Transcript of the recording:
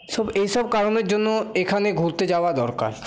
সব এইসব কারণের জন্য এখানে ঘুরতে যাওয়া দরকার